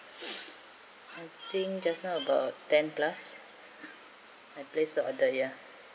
I think just now about ten plus I placed the order ya